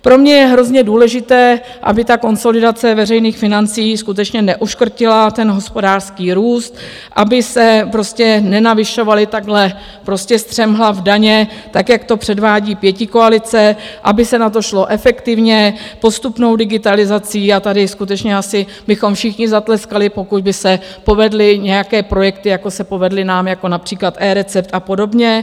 Pro mne je hrozně důležité, aby ta konsolidace veřejných financí skutečně neuškrtila ten hospodářský růst, aby se nenavyšovaly takhle střemhlav daně, tak jak to předvádí pětikoalice, aby se na to šlo efektivně, postupnou digitalizací a tady bychom skutečně všichni zatleskali, pokud by se povedly nějaké projekty, jako se povedly nám, jako například eRecept a podobně.